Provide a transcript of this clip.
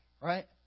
Right